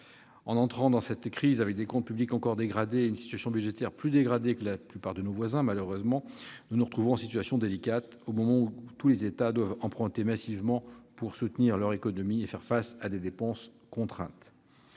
entrés dans cette crise avec des comptes publics encore dégradés et une situation budgétaire plus dégradée que celle de la plupart de nos voisins européens, nous nous retrouvons dans une situation délicate, au moment où tous les États doivent emprunter massivement pour soutenir l'économie et faire face à des dépenses contraintes.